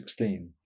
16